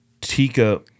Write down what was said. Tika